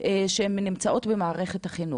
שהן נמצאות במערכת החינוך?